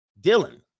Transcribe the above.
Dylan